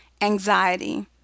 anxiety